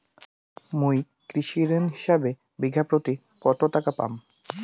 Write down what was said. মুই কৃষি ঋণ হিসাবে বিঘা প্রতি কতো টাকা পাম?